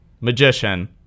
magician